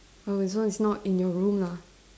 oh so it's not in your room lah